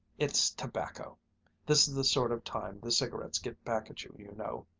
it's tobacco this is the sort of time the cigarettes get back at you, you know!